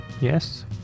Yes